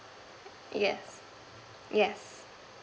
yes yes